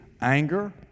Anger